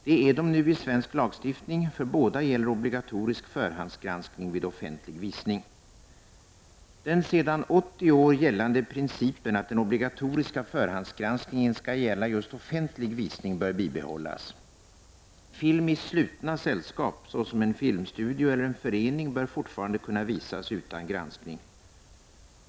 Det är de nu i svensk lagstiftning: för båda gäller obligatorisk förhandsgranskning vid offentlig visning. Den sedan 80 år gällande principen att den obligatoriska förhandsgranskningen skall gälla just offentlig visning bör bibehållas. Film i slutna sällskap, såsom en filmstudio eller en förening, bör fortfarande kunna visas utan granskning.